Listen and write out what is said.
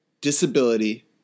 Disability